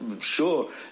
sure